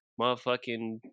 motherfucking